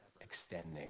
extending